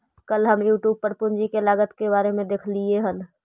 कल हम यूट्यूब पर पूंजी के लागत के बारे में देखालियइ हल